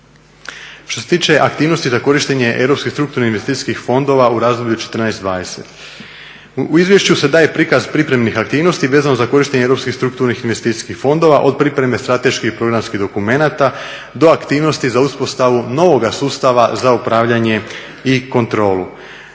Što se tiče aktivnosti za korištenje europskih strukturnih investicijskih fondova u razdoblju .'14.-'20. U izvješću se daje prikaz pripremnih aktivnosti vezano za korištenje europskih strukturnih investicijskih fondova od pripreme strateških programskih dokumenata do aktivnosti za uspostavu novoga sustava za upravljanje i kontrolu.